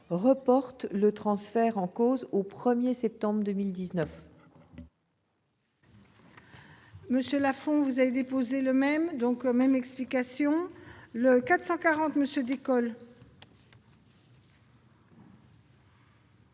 reporter le transfert en cause au 1 septembre 2019.